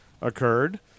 occurred